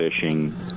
fishing